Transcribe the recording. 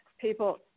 people